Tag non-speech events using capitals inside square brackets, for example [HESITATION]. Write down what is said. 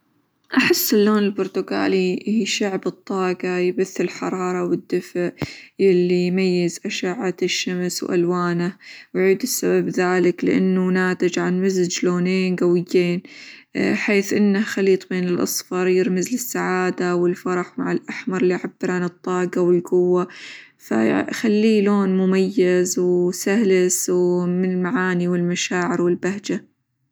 أحس اللون البرتقالي يشع بالطاقة، يبث الحرارة، والدفء ياللي يميز أشعة الشمس، وألوانه ويعيد سبب ذلك؛ لإنه ناتج عن مزج لونين قويين؛ [HESITATION] حيث إنه خليط بين الأصفر يرمز للسعادة، والفرح، مع الأحمر اللي يعبر عن الطاقة، والقوة، -ف يعن- يخليه لون مميز، وسلس، و -م- من المعاني، والمشاعر، والبهجة.